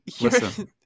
Listen